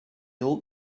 old